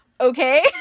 okay